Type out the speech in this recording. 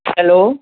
hello